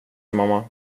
mamma